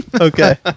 Okay